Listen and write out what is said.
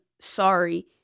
sorry